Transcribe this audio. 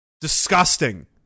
disgusting